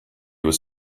was